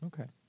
Okay